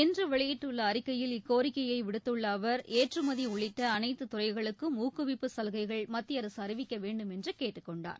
இன்று வெளியிட்டுள்ள அறிக்கையில் இக்கோரிக்கையை விடுத்துள்ள அவர் ஏற்றுமதி உள்ளிட்ட அனைத்துத் துறைகளுக்கும் ஊக்குவிப்பு சலுகைகள் மத்திய அரசு அறிவிக்க வேண்டும் என்று கேட்டுக் கொண்டார்